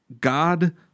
God